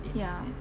ya